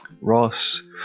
Ross